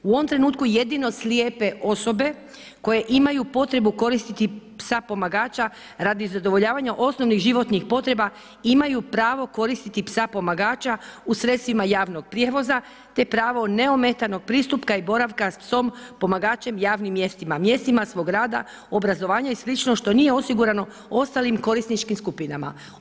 U ovom trenutku jedino slijepe osobe koje imaju potrebu koristiti psa pomagača radi zadovoljavanja osnovnih životnih potreba, imaju pravo koristiti psa pomagača u sredstvima javnog prijevoza te pravo neometanog pristupa i boravka sa psom pomagačem na javnim mjestima, mjestima svog grada, obrazovanja i slično što nije osigurano ostalim korisničkim skupinama.